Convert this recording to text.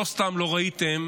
לא סתם לא ראיתם